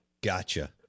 Gotcha